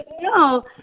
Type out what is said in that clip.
no